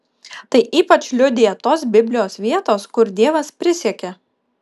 tai ypač liudija tos biblijos vietos kur dievas prisiekia